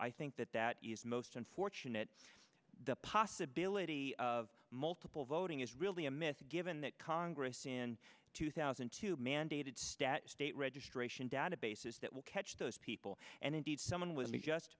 i think that that is most unfortunate the possibility of multiple voting is really a myth given that congress in two thousand and two mandated stat state registration databases that will catch those people and indeed someone will be just